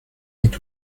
est